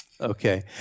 Okay